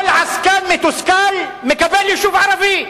כל עסקן מתוסכל מקבל יישוב ערבי,